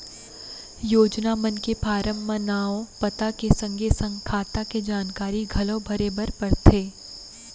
योजना मन के फारम म नांव, पता के संगे संग खाता के जानकारी घलौ भरे बर परथे